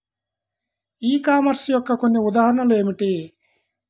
ఈ కామర్స్ యొక్క కొన్ని ఉదాహరణలు ఏమిటి?